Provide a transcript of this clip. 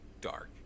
dark